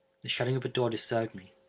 the shutting of a door disturbed me,